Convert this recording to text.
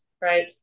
right